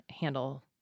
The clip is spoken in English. handle